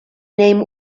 name